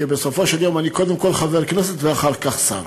כי בסופו של יום אני קודם כול חבר כנסת ואחר כך שר.